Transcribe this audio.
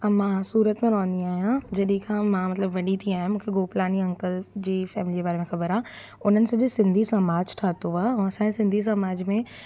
मां सूरत में रहंदी आहियां जॾहिं खां मां मतिलबु वॾी थी आहियां मूंखे गोकलानी अंकल जी फ़ैमिलीअ जे बारे में ख़बरु आहे उन्हनि सॼे सिंधी समाजु ठाहियो आहे ऐं असांजे सिंधी समाज में